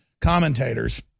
commentators